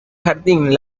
jardín